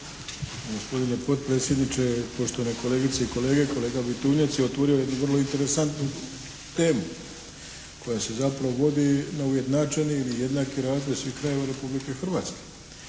Gospodine potpredsjedniče, poštovane kolegice i kolege, kolega Bitunjac je otvorio jednu vrlo interesantnu temu koja se zapravo vodi na ujednačeni ili jednaki razvoj svih krajeva Republike Hrvatske.